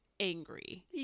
Angry